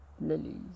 lilies